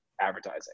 advertising